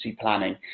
planning